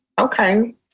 Okay